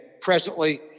presently